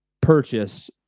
purchase